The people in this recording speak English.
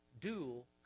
Dual